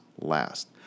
Last